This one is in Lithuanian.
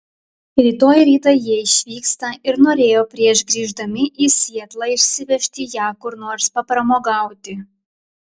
rytoj rytą jie išvyksta ir norėjo prieš grįždami į sietlą išsivežti ją kur nors papramogauti